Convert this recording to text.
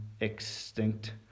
extinct